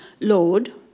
Lord